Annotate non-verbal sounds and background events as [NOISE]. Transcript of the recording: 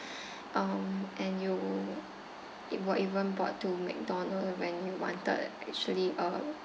[BREATH] um and you wa~ even brought to McDonald's when you wanted actually a